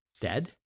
Dead